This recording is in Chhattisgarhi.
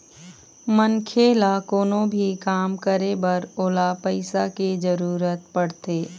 मनखे ल कोनो भी काम करे बर ओला पइसा के जरुरत पड़थे